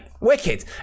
Wicked